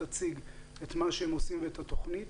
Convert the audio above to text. תציג את מה שהם עושים ואת התוכנית.